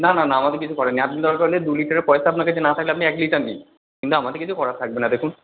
না না না আমাদের কিছু করার নেই আপনি দরকার হলে দুলিটারের পয়সা আপনার কাছে না থাকলে আপনি এক লিটার নিন কিন্তু আমাদের কিছু করার থাকবে না দেখুন